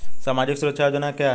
सामाजिक सुरक्षा योजना क्या है?